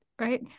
right